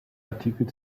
artikel